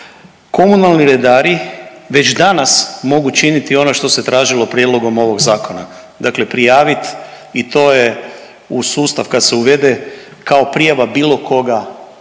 Komunalni redari već danas mogu činiti ono što se tražilo prijedlogom ovog zakona, dakle prijaviti i to je u sustav kad se uvede kao prijava bilo koga